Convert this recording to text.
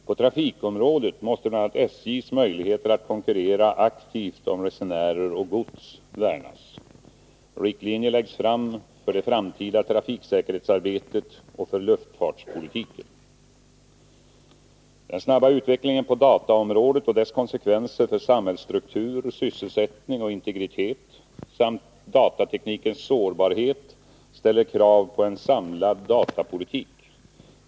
På trafikområdet måste bl.a. SJ:s möjligheter att konkurrera aktivt om resenärer och gods värnas. Riktlinjer läggs fram för det framtida trafiksäkerhetsarbetet och för luftfartspolitiken. Den snabba utvecklingen på dataområdet och dess konsekvenser för samhällsstruktur, sysselsättning och integritet samt datateknikens sårbarhet ställer krav på en samlad datapolitik.